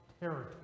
territory